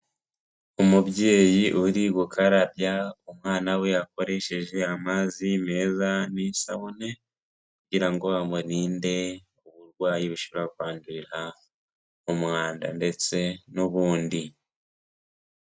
Umubyeyi uri gukarabya umwana we akoresheje amazi meza n'isabune kugira ngo amurinde uburwayi bushobora kwandurira mu mwanda ndetse n'ubundi.